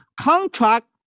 contract